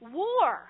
war